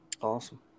Awesome